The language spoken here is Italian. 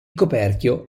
coperchio